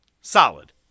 solid